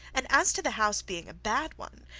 and as to the house being a bad one,